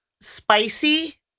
Spicy